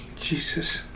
Jesus